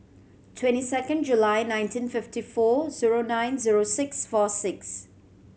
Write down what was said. twenty second July nineteen fifty four zero nine zero six four six